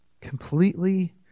completely